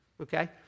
okay